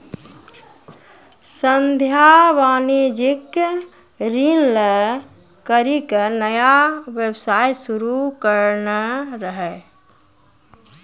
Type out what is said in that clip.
संध्या वाणिज्यिक ऋण लै करि के नया व्यवसाय शुरू करने रहै